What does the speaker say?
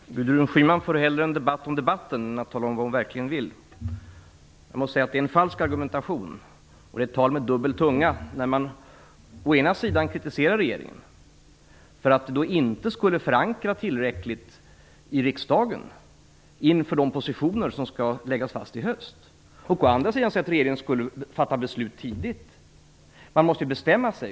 Herr talman! Gudrun Schyman för hellre en debatt om debatten än att tala om vad hon verkligen vill. Jag måste säga att argumentationen är falsk, och det är tal med dubbel tunga att å ena sida kritisera regeringen för att den inte i riksdagen tillräckligt skulle ha förankrat de positioner som skall läggas fast i höst och att å andra sidan säga att regeringen skulle ha fattat beslut tidigt. Man måste ju bestämma sig.